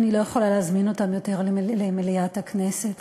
אני לא יכולה להזמין אותם יותר למליאת הכנסת.